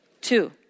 Two